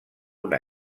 una